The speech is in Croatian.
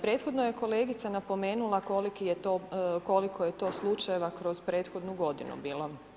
Prethodno je kolegica napomenula koliko je to slučajeva kroz prethodnu godinu bilo.